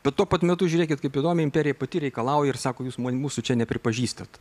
bet tuo pat metu žiūrėkit kaip įdomiai imperija pati reikalauja ir sako jūs mu mūsų čia nepripažįstat